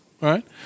right